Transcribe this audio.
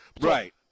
Right